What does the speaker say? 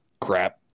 crap